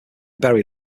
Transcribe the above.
berry